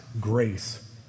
grace